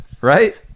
right